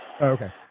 Okay